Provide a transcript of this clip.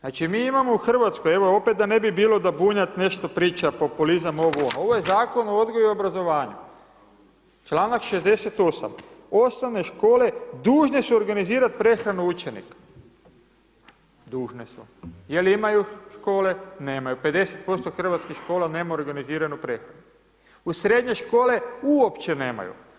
Znači, mi imamo u Hrvatskoj, evo da opet ne bi bilo da Bunjac nešto priča populizam, ovo ono, ovo je Zakon o odgoju i obrazovanju, članak 68., osnovne škole dužne su organizirat prehranu učenika, dužne su, jel imaju škole, nemaju, 50% hrvatskih škola nema organiziranu prehranu, u srednje škole, uopće nemaju.